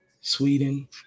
Sweden